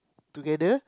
together